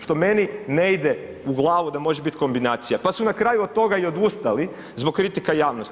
Što meni ne ide u glavu da može biti kombinacija, pa su na kraju od toga i odustali, zbog kritika javnosti.